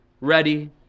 ready